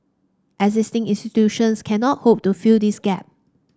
existing institutions cannot hope to fill this gap